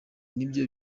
nibyo